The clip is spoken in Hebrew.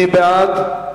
מי בעד?